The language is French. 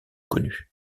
connue